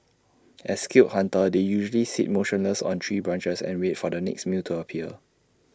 as skilled hunters they usually sit motionless on tree branches and wait for their next meal to appear